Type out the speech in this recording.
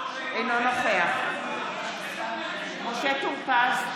אינו נוכח משה טור פז,